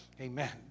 amen